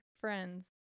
friends